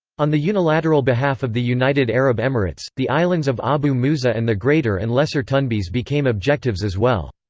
on the unilateral behalf of the united arab emirates, the islands of abu musa and the greater and lesser tunbs became objectives as well.